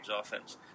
offense